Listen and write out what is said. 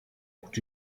gut